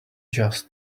just